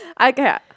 Okay